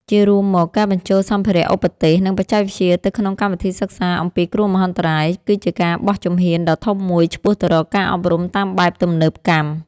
ជារួមមក ការបញ្ចូលសម្ភារ:ឧបទេស និងបច្ចេកវិទ្យាទៅក្នុងកម្មវិធីសិក្សាអំពីគ្រោះមហន្តរាយ គឺជាការបោះជំហានដ៏ធំមួយឆ្ពោះទៅរកការអប់រំតាមបែបទំនើបកម្ម។